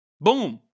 Boom